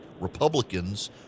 Republicans